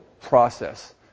process